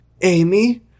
amy